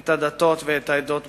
את הדתות ואת העדות בישראל.